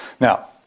Now